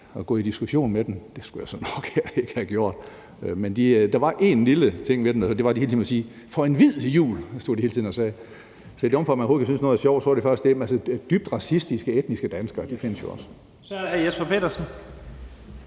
at gå i diskussion med dem. Det skulle jeg så nok ikke have gjort. Men der var en lille ting ved dem, og det var, at de hele tiden måtte sige: for en hvid jul! Det stod de hele tiden og sagde. Så i det omfang, man overhovedet kan synes noget er sjovt, så var det faktisk det. Dybt racistiske etniske danskere findes jo også. Kl. 10:46 Første